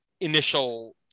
initial